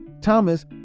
Thomas